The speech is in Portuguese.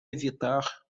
evitar